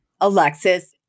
Alexis